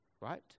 Right